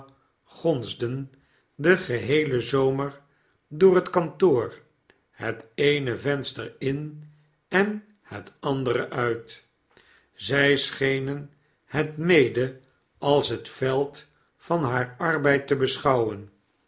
gonsden den geheelen zomer door het kantoor het eene venster in en het andere uit zjj schenen het mede als het veld van haar arbeid te beschouwen